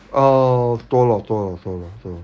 orh 多咯多咯多咯多咯